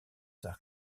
zak